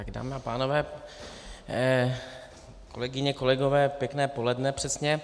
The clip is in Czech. Dámy a pánové, kolegyně, kolegové, pěkné poledne přesně.